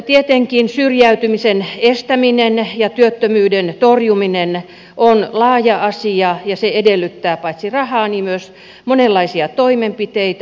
tietenkin syrjäytymisen estäminen ja työttömyyden torjuminen on laaja asia ja se edellyttää paitsi rahaa myös monenlaisia toimenpiteitä